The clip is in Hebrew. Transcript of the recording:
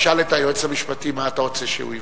תשאל את היועץ המשפטי של הכנסת מה אתה רוצה שהוא יברר.